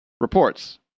reports